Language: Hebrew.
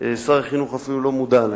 שר החינוך אפילו לא מודע להם.